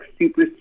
super